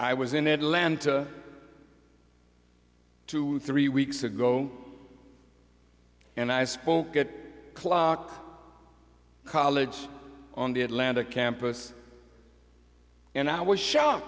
i was in atlanta two three weeks ago and i spoke at clock college on the atlanta campus and i was shocked